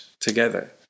together